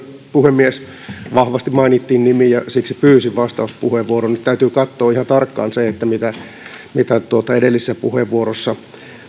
puhemies vahvasti mainittiin nimi ja siksi pyysin vastauspuheenvuoron ja täytyy katsoa ihan tarkkaan se mitä edellisessä puheenvuorossa